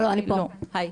היי.